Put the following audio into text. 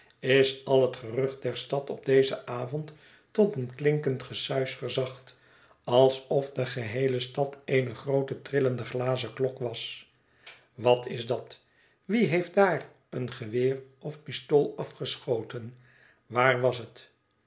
is al het gerucht der stad op dezen avond tot een klinkend gesuis verzacht alsof de geheele stad eene groote trillende glazen klok was wat is dat wie heeft daar een geweer of pistool afgeschoten waar was het